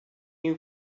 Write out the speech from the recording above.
you